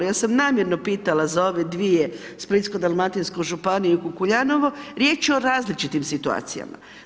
Ja sam namjerno pitala za ove dvije, Splitsko-dalmatinsku županiju i Kukuljanovo, riječ je o različitim situacijama.